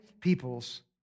people's